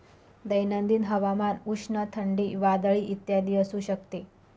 दैनंदिन हवामान उष्ण, थंडी, वादळी इत्यादी असू शकते